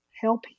help